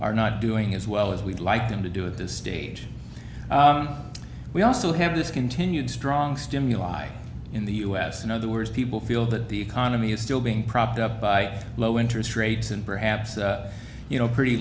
are not doing as well as we'd like them to do at this stage we also have this continued strong stimuli in the u s in other words people feel that the economy is still being propped up by low interest rates and perhaps you know pretty